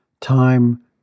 time